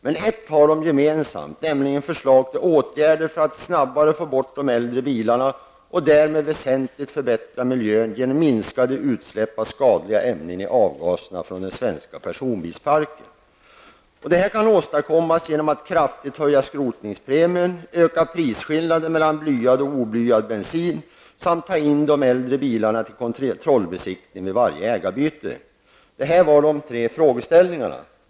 Men ett har de gemensamt, nämligen förslag till åtgärder för att snabbare få bort de äldre bilarna, och därmed väsentligt förbättra miljön genom minskade utsläpp av skadliga ämnen i avgaserna från den svenska personbilsparken. Detta kan åstadkommas genom att man kraftigt höjer skrotningspremien, ökar prisskillnaden mellan blyad och oblyad bensin samt tar in de äldre bilarna till kontrollbesiktning vid varje ägarbyte. Detta var de tre frågeställningarna.